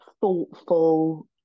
thoughtful